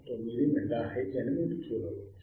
9 megahertz అని మీరు చూడవచ్చు